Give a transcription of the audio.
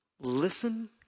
listen